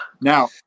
now